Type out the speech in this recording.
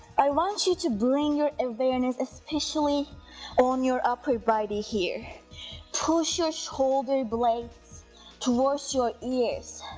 i want you to bring your awareness especially on your upper body here push your shoulder blades towards your ears,